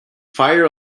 fire